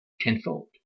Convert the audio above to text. tenfold